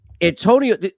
Antonio